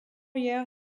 year